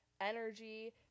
energy